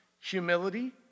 humility